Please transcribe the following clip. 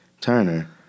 Turner